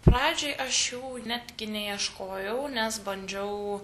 pradžiai aš jų net neieškojau nes bandžiau